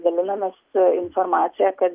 dalinamės informacija kad